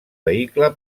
vehicle